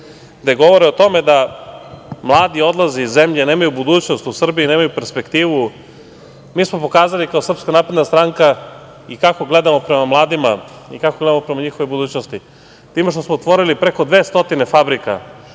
gde govore o tome da mladi odlaze iz zemlje, nemaju budućnost u Srbiji, nemaju perspektivu. Mi smo pokazali kao Srpska napredna stranka i kako gledamo prema mladima i kako gledamo prema njihovoj budućnosti time što smo otvorili preko 200 fabrika